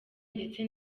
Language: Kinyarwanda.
ndetse